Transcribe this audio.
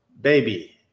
baby